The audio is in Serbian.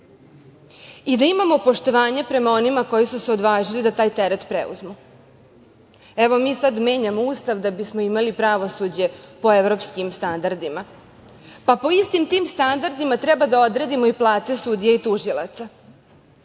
i da imamo poštovanja prema onima koji su se odvažili da taj teret preuzmu. Evo, mi sad menjamo Ustav da bismo imali pravosuđe po evropskim standardima. Pa po istim tim standardima treba da odredimo i plate sudija i tužilaca.